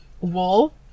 wool